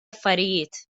affarijiet